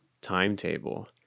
timetable